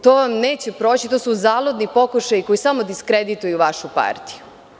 To vam neće proći, to su zaludni pokušaji koji samo diskredituju vašu partiju.